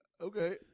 Okay